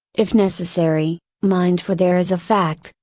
if necessary, mind for there is a fact,